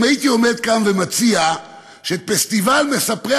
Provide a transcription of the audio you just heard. אם הייתי עומד כאן ומציע שאת פסטיבל מספרי